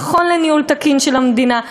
נכון לניהול תקין של המדינה,